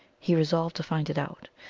he resolved to find it out.